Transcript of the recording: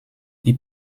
qui